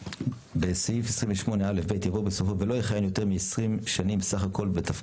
4. בסעיף 24(ג) המילים "הוא יהיה יושב ראש המותב"